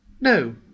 No